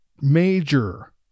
major